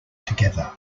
together